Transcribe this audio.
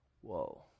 Whoa